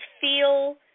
feel